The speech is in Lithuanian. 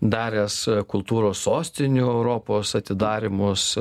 daręs kultūros sostinių europos atidarymus